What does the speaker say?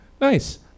Nice